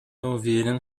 уверен